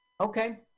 Okay